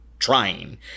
Trying